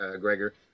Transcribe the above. Gregor